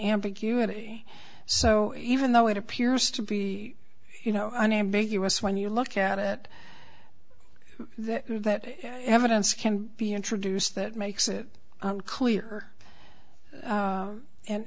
ambiguity so even though it appears to be you know unambiguous when you look at it that that evidence can be introduced that makes it clear a